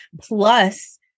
plus